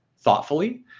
thoughtfully